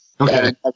Okay